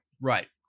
right